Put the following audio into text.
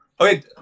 Okay